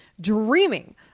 dreaming